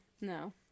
No